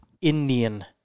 Indian